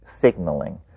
signaling